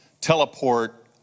teleport